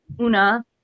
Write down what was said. Una